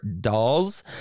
dolls